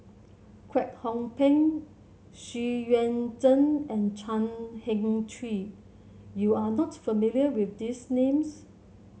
Kwek Hong Png Xu Yuan Zhen and Chan Heng Chee You are not familiar with these names